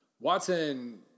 Watson